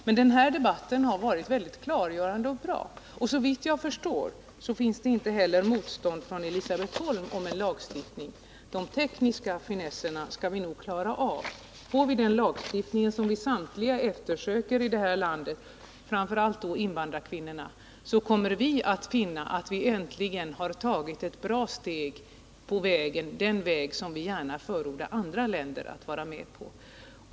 Men den här debatten har varit mycket klargörande, och såvitt jag förstår finns det inte heller något motstånd från Elisabet Holms sida mot en lagstiftning. De tekniska finesserna skall vi nog klara av. Och får vi den lagstiftning som vi samtliga eftersöker här, framför allt invandrarkvinnorna, kommer vi att finna att vi äntligen tagit ett bra steg på den väg som vi gärna förordar andra länder att vara med på.